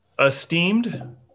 Esteemed